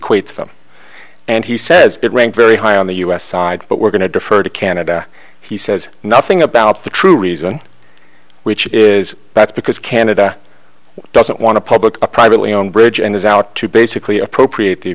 equates them and he says it rang very high on the u s side but we're going to defer to canada he says nothing about the true reason which is that's because canada doesn't want to public a privately owned bridge and is out to basically appropriate the